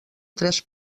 tres